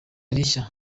rishya